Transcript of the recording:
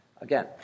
Again